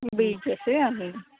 beaches అవి